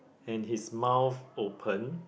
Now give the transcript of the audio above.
and his mouth open